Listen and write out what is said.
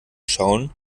schauen